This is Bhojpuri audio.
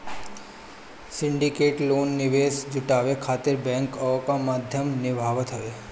सिंडिकेटेड लोन निवेश जुटावे खातिर बैंक कअ भूमिका निभावत हवे